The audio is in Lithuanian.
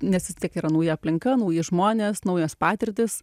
nes vis tiek yra nauja aplinka nauji žmonės naujos patirtys